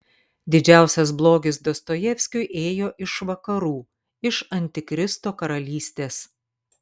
didžiausias blogis dostojevskiui ėjo iš vakarų iš antikristo karalystės